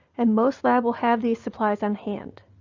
and most labs will have these supplies on hand.